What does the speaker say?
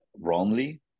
wrongly